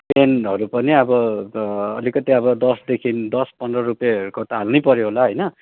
पेनहरू पनि अब त अलिकति अब दसदेखि दस पन्ध्र रुपियाँहरूको त हाल्नैपऱ्यो होला होइन